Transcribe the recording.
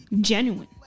genuine